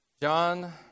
John